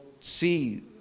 see